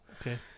Okay